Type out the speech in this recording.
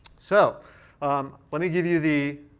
so let me give you the